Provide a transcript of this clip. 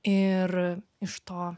ir iš to